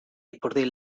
ipurdi